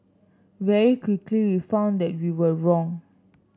very quickly we found that we were wrong